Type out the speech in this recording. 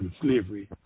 slavery